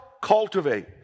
cultivate